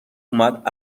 اومد